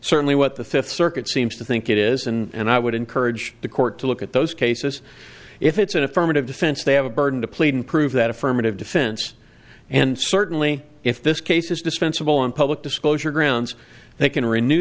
certainly what the fifth circuit seems to think it is and i would encourage the court to look at those cases if it's an affirmative defense they have a burden to plead and prove that affirmative defense and certainly if this case is dispensable in public disclosure grounds they can renew